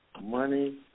money